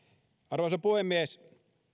arvoisa puhemies